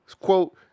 quote